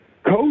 Coach